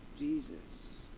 Jesus